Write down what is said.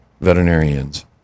veterinarians